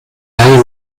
leihe